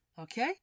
Okay